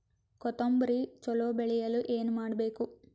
ಕೊತೊಂಬ್ರಿ ಚಲೋ ಬೆಳೆಯಲು ಏನ್ ಮಾಡ್ಬೇಕು?